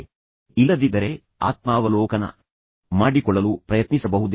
ನಿಮಗೆ ಇಲ್ಲದಿದ್ದರೆ ನೀವು ಆತ್ಮಾವಲೋಕನ ಮಾಡಿಕೊಳ್ಳಲು ಪ್ರಯತ್ನಿಸಬಹುದೇ